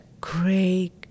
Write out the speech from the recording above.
great